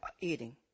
eating